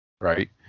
Right